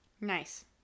Nice